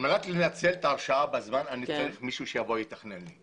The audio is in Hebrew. כדי לנצל את ההרשאה בזמן אני צריך מישהו שיתכנן לי.